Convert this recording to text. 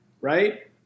right